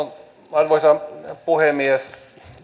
arvoisa puhemies